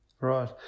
Right